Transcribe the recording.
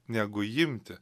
negu imti